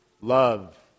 Love